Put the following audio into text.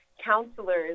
counselors